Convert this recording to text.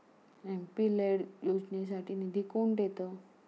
MP LAD योजनेसाठी निधी कोण देतं?